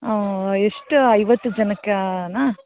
ಹಾಂ ಎಷ್ಟು ಐವತ್ತು ಜನಕ್ಕೇನ